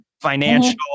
financial